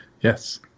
Yes